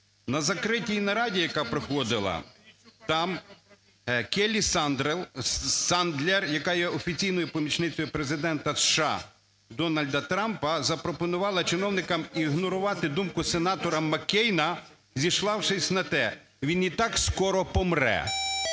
На закритій нараді, яка проходила, там Келлі Садлер, яка є офіційною помічницею Президента США Дональда Трампа, запропонувала чиновникам ігнорувати думку сенатора Маккейна, зіславшись на те: він і так скоро помре,